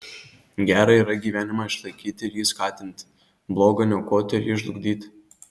gera yra gyvenimą išlaikyti ir jį skatinti bloga niokoti ir jį žlugdyti